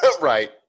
right